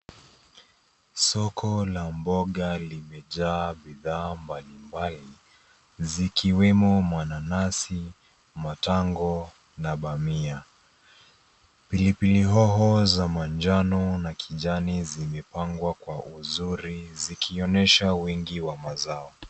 Soko la mboga limejaa bidhaa mbalimbali zikiwemo mananasi, matango na dania. Pilipili hoho za njano na kijani zimepangwa kwa uzuri zikionyesha wingi wa mazao.